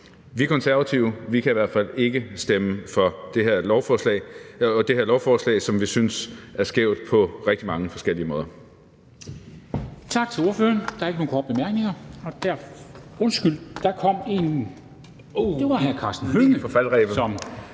Vi Konservative kan i hvert fald ikke stemme for det her lovforslag, som vi synes er skævt på rigtig mange forskellige måder.